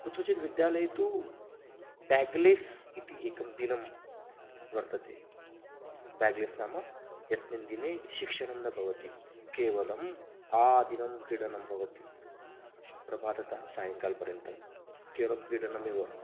कुत्रचित् विद्यालये तु ब्याग्लेस् इति एकं दिनं वर्तते ब्याग्लेस् नाम यस्मिन् दिने शिक्षणं न भवति केवलम् आदिनं क्रीडनं भवति प्रभाततः सायङ्कालपर्यन्तं केवलं क्रीडनमेव